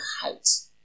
height